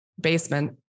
basement